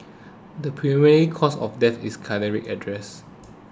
the preliminary cause of death is cardiac arrest